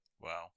Wow